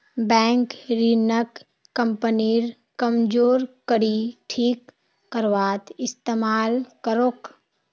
bank ऋणक कंपनीर कमजोर कड़ी ठीक करवात इस्तमाल करोक